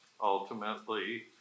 ultimately